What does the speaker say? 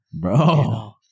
bro